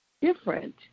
different